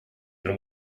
and